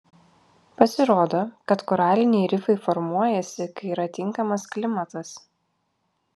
pasirodo kad koraliniai rifai formuojasi kai yra tinkamas klimatas